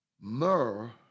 Myrrh